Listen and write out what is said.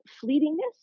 fleetingness